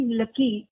lucky